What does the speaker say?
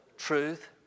truth